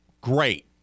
Great